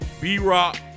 B-Rock